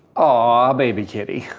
aww, baby kitty.